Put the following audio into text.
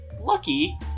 Lucky